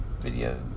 video